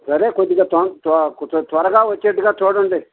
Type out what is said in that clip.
సరే కొద్దిగా కొంచెం త్వరగా వచ్చేటట్టుగా చూడండి